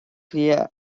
cliath